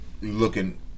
Looking